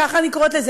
ככה אני קוראת לזה,